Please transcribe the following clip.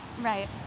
right